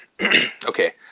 Okay